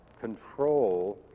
control